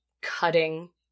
cutting